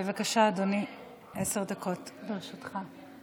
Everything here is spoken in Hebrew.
בבקשה, אדוני, עשר דקות לרשותך.